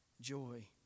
joy